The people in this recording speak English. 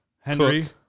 Henry